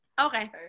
Okay